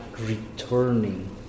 returning